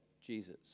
Jesus